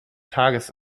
tages